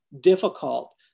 difficult